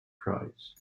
prize